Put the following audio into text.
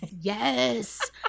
Yes